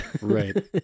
right